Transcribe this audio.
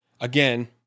Again